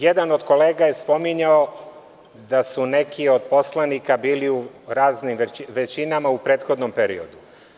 Jedan od kolega je spominjao da su neki od poslanika bili u raznim većinama u prethodnom periodu.